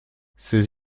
ses